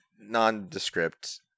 Nondescript